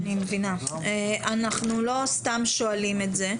אנחנו לא סתם שואלים את זה,